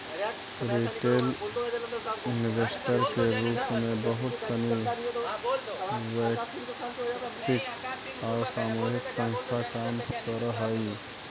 retail investor के रूप में बहुत सनी वैयक्तिक आउ सामूहिक संस्था काम करऽ हइ